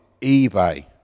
eBay